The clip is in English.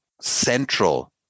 central